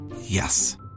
Yes